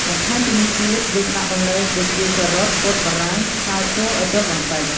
បន្ថែមពីនេះទៀតយើងដាក់បន្លែដូចជា ការ៉ុត ពោតបារាំងឆាចូលឱ្យទន់បន្តិច។